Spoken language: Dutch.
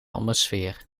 atmosfeer